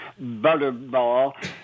butterball